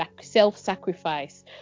self-sacrifice